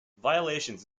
violations